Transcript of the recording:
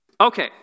Okay